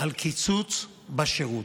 על קיצוץ בשירות,